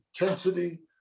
intensity